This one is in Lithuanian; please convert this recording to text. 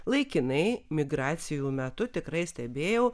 laikinai migracijų metu tikrai stebėjau